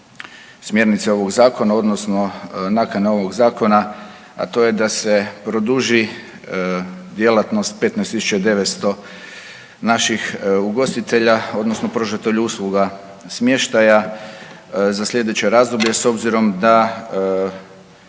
smjernice ovog zakona odnosno nakana ovog zakona, a to je da se produži djelatnost 15.900 naših ugostitelja odnosno pružatelja usluga smještaja za slijedeće razdoblje s obzirom da